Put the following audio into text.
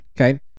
Okay